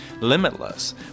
limitless